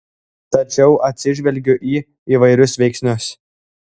tačiau atsižvelgiu į įvairius veiksnius